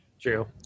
true